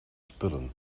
spullen